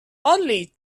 only